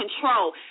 control